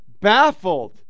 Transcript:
baffled